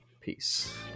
Peace